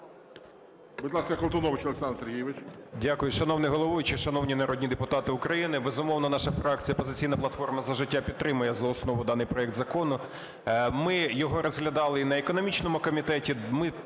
Будь ласка, Колтунович Олександр Сергійович.